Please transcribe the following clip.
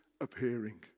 appearing